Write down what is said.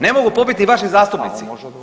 Ne mogu pobiti vaši zastupnici.